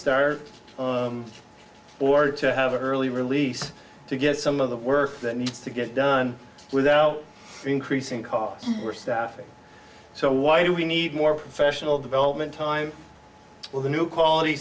start or to have an early release to get some of the work that needs to get done without increasing costs we're staffing so why do we need more professional development time with a new quality